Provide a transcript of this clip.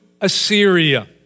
Assyria